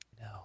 no